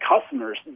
customers